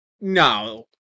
no